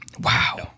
Wow